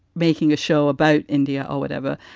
making a show about india or whatever,